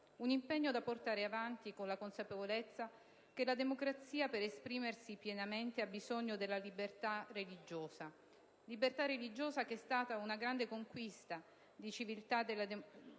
un impegno da portare avanti con la consapevolezza che la democrazia, per esprimersi pienamente, ha bisogno della libertà religiosa, libertà religiosa che è stata una grande conquista di civiltà delle democrazie